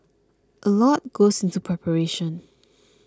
a lot goes into preparation